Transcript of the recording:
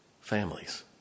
families